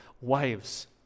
wives